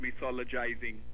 mythologizing